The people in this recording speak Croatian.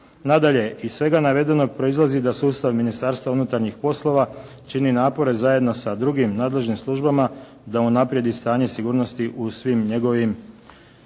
Nadalje, iz svega navedenog proizlazi da sustav Ministarstva unutarnjih poslova čini napore zajedno sa drugim nadležnim službama da unaprijedi stanje sigurnosti u svim njegovim